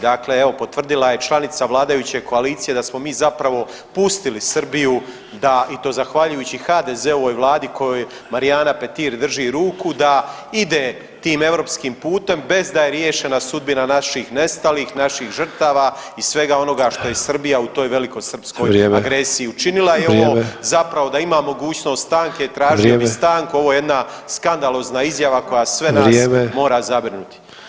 Dakle, evo potvrdila je članica vladajuće koalicije da smo mi zapravo pustili Srbiju da i to zahvaljujući HDZ-ovoj vladi kojoj Marijana Petir drži ruku da ide tim europskim putem bez da je riješena sudbina naših nestalih, naših žrtava i svega onoga što je Srbija u toj velikosrpskoj agresiji učinila i ovo zapravo da ima mogućnost stanke tražio bi stanku, ovo je jedna skandalozna izjava koja sve nas mora zabrinuti.